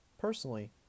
Personally